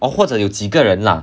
or 或者有几个人 lah